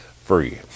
Free